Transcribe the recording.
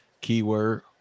keyword